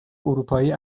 اروپایی